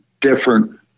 different